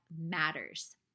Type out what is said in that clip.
matters